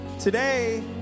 Today